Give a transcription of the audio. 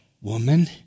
Woman